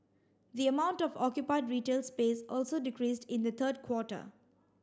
the amount of occupied retail space also decreased in the third quarter